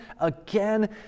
again